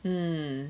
mm